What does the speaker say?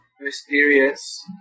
mysterious